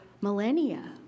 millennia